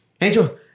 Angel